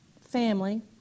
family